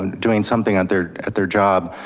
doing something out there at their job.